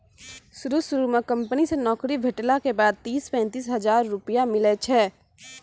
शुरू शुरू म कंपनी से नौकरी भेटला के बाद तीस पैंतीस हजार रुपिया मिलै छै